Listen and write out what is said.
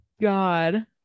god